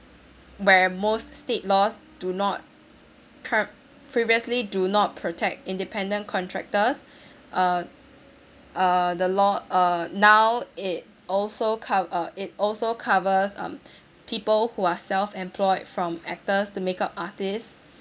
where most state laws do not curb previously do not protect independent contractors uh uh the law uh now it also cov~ uh it also covers um people who are self employed from actors to makeup artists